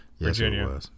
Virginia